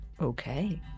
okay